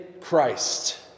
Christ